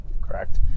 Correct